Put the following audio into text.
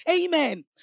Amen